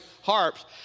harps